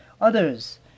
others